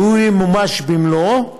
כשהוא ימומש במלואו,